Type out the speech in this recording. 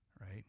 right